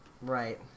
Right